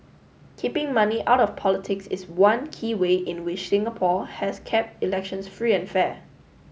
keeping money out of politics is one key way in which Singapore has kept elections free and fair